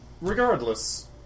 Regardless